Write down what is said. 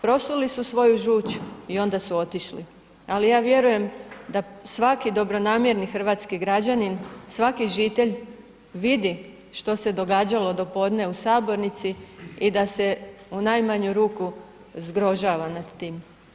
Prosuli su svoju žuč i onda su otišli ali ja vjerujem da svaki dobronamjerni hrvatski građanin, svaki žitelj vidi što se događalo do podne u sabornici i da se u najmanju ruku zgrožava nad tim.